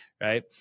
Right